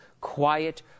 quiet